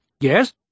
Yes